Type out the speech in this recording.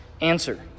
answer